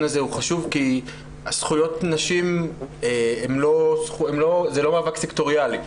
הזה חשוב כי זכויות נשים זה לא מאבק סקטוריאלי,